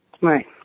Right